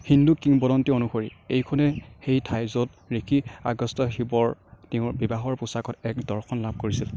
হিন্দু কিংবদন্তি অনুসৰি এইখনেই সেই ঠাই য'ত ঋষি আগস্ত্যই শিৱৰ তেওঁৰ বিবাহৰ পোচাকত এক দৰ্শন লাভ কৰিছিল